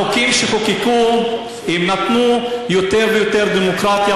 החוקים שחוקקו נתנו יותר ויותר דמוקרטיה,